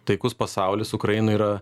taikus pasaulis ukrainoj yra